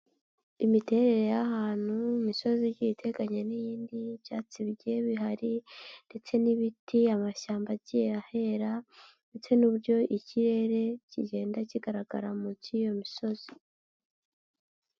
Imiterere y'ahantu imisozi igi iteganye n'iyindi, ibyatsi bigiye bihari ndetse n'ibiti, amashyamba agiye ahera ndetse n'uburyo ikirere kigenda kigaragara munsi y'iyo misozi.